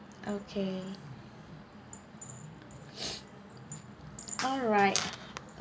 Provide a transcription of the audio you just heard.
okay alright